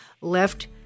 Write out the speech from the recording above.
left